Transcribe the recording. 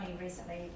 recently